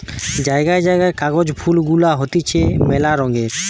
জায়গায় জায়গায় কাগজ ফুল গুলা হতিছে মেলা রঙের